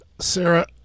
sarah